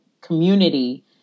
community